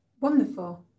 Wonderful